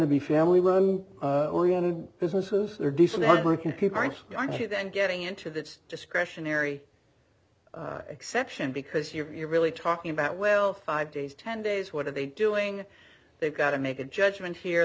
to be family we're oriented businesses they're decent hardworking people aren't you aren't you then getting into that discretionary exception because you're really talking about well five days ten days what are they doing they've got to make a judgment here